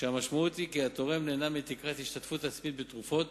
שהמשמעות היא כי התורם נהנה מתקרת השתתפות עצמית בתרופות,